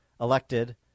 elected